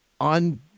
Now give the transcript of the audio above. on